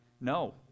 No